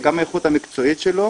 האיכות המקצועית.